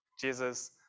Jesus